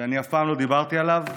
ואני אף פעם לא דיברתי עליו,